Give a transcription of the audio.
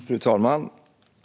Fru ålderspresident!